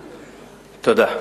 תודה.